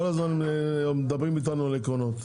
כל הזמן מדברים איתנו על עקרונות.